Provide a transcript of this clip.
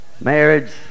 marriage